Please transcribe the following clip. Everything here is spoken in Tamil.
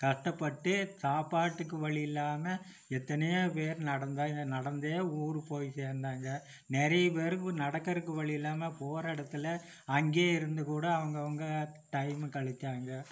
கஷ்டப்பட்டு சாப்பாட்டுக்கு வழியில்லாம எத்தனையோ பேர் நடந்தாய் ந நடந்தே ஊருக்கு போயி சேர்ந்தாங்க நிறைய பேருக்கு நடக்கிறக்கு வழியில்லாமல் போகிற இடத்துல அங்கையே இருந்து கூட அவங்கவுங்க டைமு கழிச்சாங்க